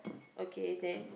okay then